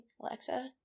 Alexa